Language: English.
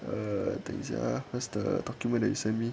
err 等一下 ah where is the document that you sent me